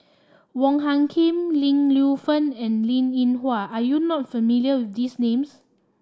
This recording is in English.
Wong Hung Khim Ling Lienfung and Linn In Hua are you not familiar these names